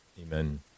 Amen